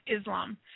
Islam